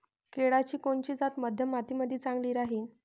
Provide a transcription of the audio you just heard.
केळाची कोनची जात मध्यम मातीमंदी चांगली राहिन?